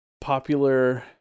popular